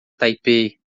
taipei